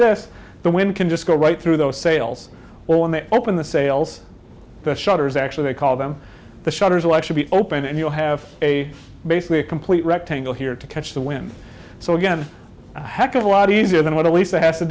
this the wind can just go right through those sales or when they open the sales the shutters actually they call them the shutters will actually be opened and you'll have a basically a complete rectangle here to catch the wind so again a heck of a lot easier than what alisa has to